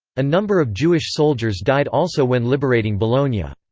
a number of jewish soldiers died also when liberating bologna. ah